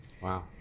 Wow